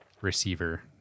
receiver